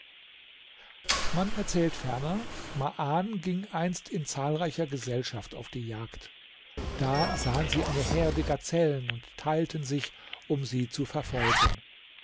man erzählt ferner maan ging einst in zahlreicher gesellschaft auf die jagd da sahen sie eine herde gazellen und teilten sich um sie zu verfolgen